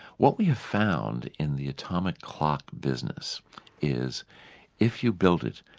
what we have found in the atomic clock business is if you build it,